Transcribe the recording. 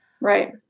Right